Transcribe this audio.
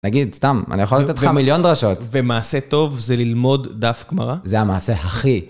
נגיד, סתם, אני יכול לתת לך מיליון דרשות. ומעשה טוב זה ללמוד דף גמרא? זה המעשה הכי...